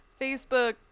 Facebook